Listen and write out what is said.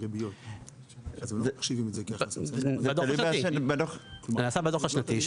זה נעשה בדו"ח השנתי,